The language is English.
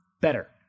better